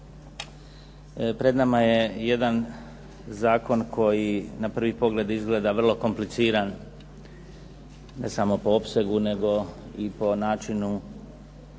Pred nama je jedan zakon koji na prvi pogled izgleda vrlo kompliciran, ne samo po opsegu, nego i po načinu